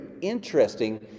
interesting